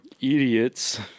Idiots